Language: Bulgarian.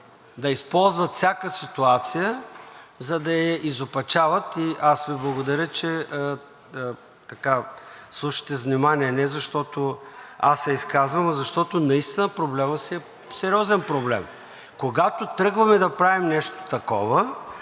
да използват всяка ситуация, за да я изопачават. И аз Ви благодаря, че слушате с внимание, не защото аз се изказвам, а защото наистина проблемът си е сериозен проблем. Когато тръгваме да правим нещо такова,